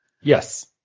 Yes